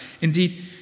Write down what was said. Indeed